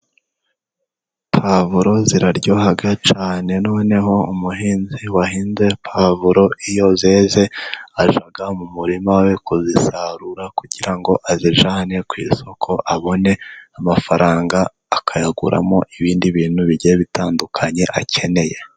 Pavuro ziraryohag cyane noneho umuhinzi wahinze pavuro iyo zeze ajya mu murima we kuzisarura kugira ngo azijyane ku isoko abone amafaranga akayaguramo ibindi bintu bigiye bitandukanye akeneye.